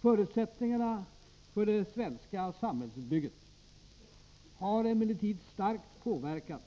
Förutsättningarna för det svenska samhällsbygget har emellertid starkt påverkats